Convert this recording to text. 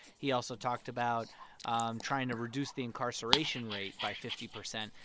he also talked about um trying to reduce the incarceration rate by fifty percent.